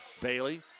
Bailey